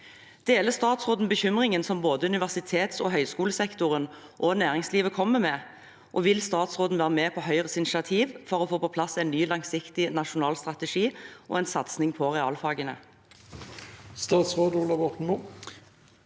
Deler statsråden bekymringen som både universitets- og høyskolesektoren og næringslivet kommer med, og vil statsråden være med på Høyres initiativ for å få på plass en ny, langsiktig nasjonal strategi og en satsing på realfagene?